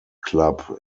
club